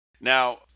Now